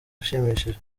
ushimishije